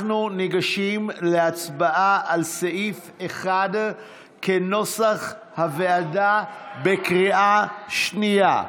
אנחנו ניגשים להצבעה על סעיף 1 כנוסח הוועדה בקריאה שנייה.